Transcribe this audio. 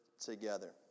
together